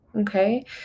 Okay